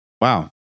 Wow